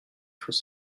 faut